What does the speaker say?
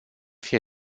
fie